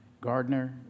Gardner